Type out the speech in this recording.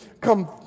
come